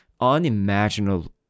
unimaginable